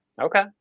Okay